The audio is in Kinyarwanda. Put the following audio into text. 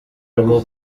rwo